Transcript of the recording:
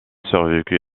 survécu